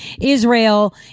Israel